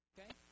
Okay